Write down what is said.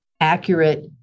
accurate